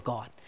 God